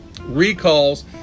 recalls